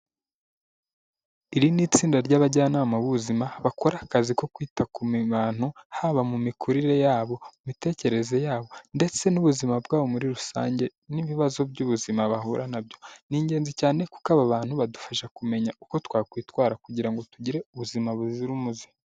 Iri ni itsinda ry'abajyanama b'ubuzima bakora akazi ko kwita ku bantu, haba mu mikurire yabo, mu mitekerereze yabo ndetse n'ubuzima bwabo muri rusange n'ibibazo by'ubuzima bahura nabyo, ni ingenzi cyane kuko aba bantu badufasha kumenya uko twakwitwara kugira ngo tugire ubuzima buzira umuze.